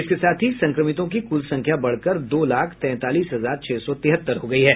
इसके साथ ही संक्रमितों की कुल संख्या बढ़कर दो लाख तैंतालीस हजार छह सौ तिहत्तर हो गयी है